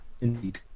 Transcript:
Indeed